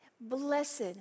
Blessed